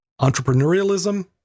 entrepreneurialism